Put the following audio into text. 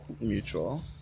mutual